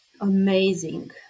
amazing